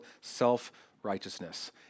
self-righteousness